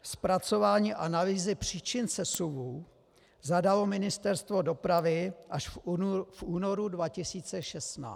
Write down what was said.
Zpracování analýzy příčin sesuvu zadalo Ministerstvo dopravy až v únoru 2016.